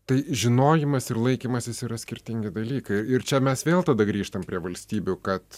tai žinojimas ir laikymasis yra skirtingi dalykai ir čia mes vėl tada grįžtam prie valstybių kad